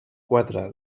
quatre